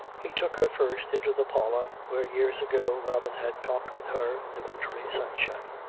he took her first into the parlour, where years ago robin had talked with her in the wintry sunshine.